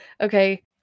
okay